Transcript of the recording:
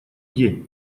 день